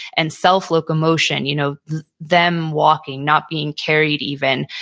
and self-locomotion? you know them walking, not being carried even,